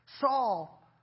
Saul